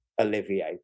Olivier